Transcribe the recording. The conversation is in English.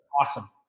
Awesome